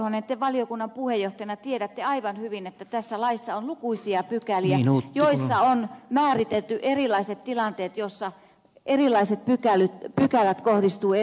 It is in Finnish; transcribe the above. korhonen te valiokunnan puheenjohtajana tiedätte aivan hyvin että tässä laissa on lukuisia pykäliä joissa on määritelty erilaiset tilanteet ja joissa erilaiset pykälät kohdistuvat eri kohtiin